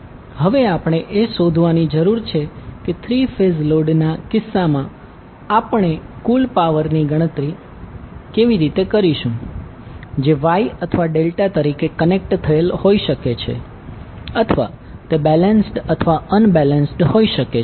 હવે આપણે એ શોધવાની જરૂર છે કે થ્રી ફેઝ લોડના ના કિસ્સામાં આપણે કુલ પાવરની ગણતરી કેવી રીતે કરીશું જે Y અથવા ડેલ્ટા તરીકે કનેક્ટ થયેલ હોઈ શકે છે અથવા તે બેલેન્સ્ડ અથવા અનબેલેન્સ્ડ હોઈ શકે છે